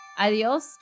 Adiós